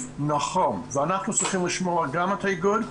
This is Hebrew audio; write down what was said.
נכון ואנחנו צריכים לשמוע גם את האיגוד,